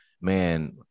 man